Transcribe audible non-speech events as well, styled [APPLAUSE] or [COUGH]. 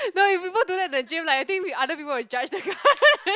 no if people do that to the gym like I think we other people will judge damn hard [LAUGHS]